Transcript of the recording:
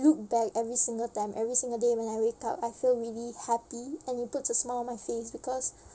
look back every single time every single day when I wake up I feel really happy and it puts a smile on my face because